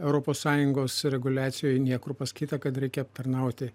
europos sąjungos reguliacijoj niekur pasakyta kad reikia aptarnauti